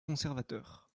conservateurs